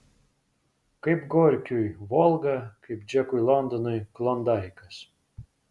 kaip gorkiui volga kaip džekui londonui klondaikas